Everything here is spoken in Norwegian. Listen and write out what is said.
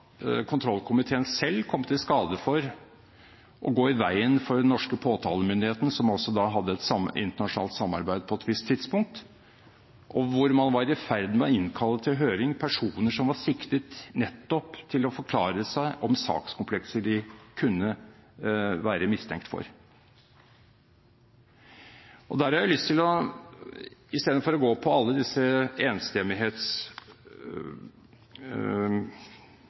kontrollkomiteen selv kommet i skade for å gå i veien for den norske påtalemyndigheten, som også hadde et internasjonalt samarbeid på et visst tidspunkt, hvor man var i ferd med å innkalle til høring personer som var siktet nettopp til å forklare seg om sakskomplekser de kunne være mistenkt for. I stedet for å gå på alle disse